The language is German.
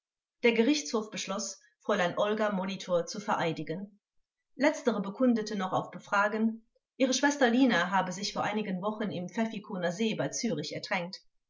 der gerichtshof beschloß frl olga molitor zu vereidigen letztere bekundete noch auf befragen ihre schwester lina habe sich vor einigen wochen im pfäffikoner see bei zürich ertränkt